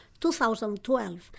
2012